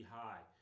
high